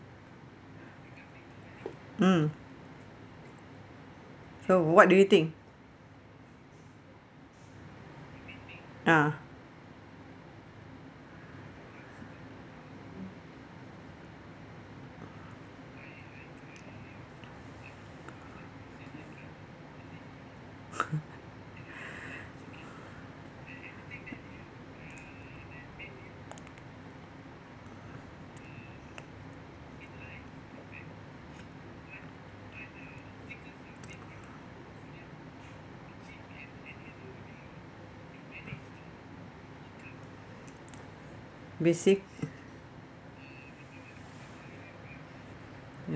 mm so what do you think ah basic